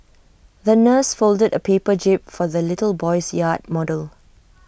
the nurse folded A paper jib for the little boy's yacht model